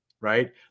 right